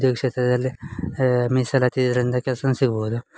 ಉದ್ಯೋಗ ಕ್ಷೇತ್ರದಲ್ಲಿ ಮೀಸಲಾತಿ ಇದರಿಂದ ಕೆಲ್ಸವೂ ಸಿಗ್ಬೌದು